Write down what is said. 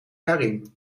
karien